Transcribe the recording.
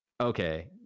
Okay